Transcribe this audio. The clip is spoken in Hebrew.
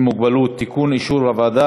נא להצביע.